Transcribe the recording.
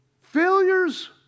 Failures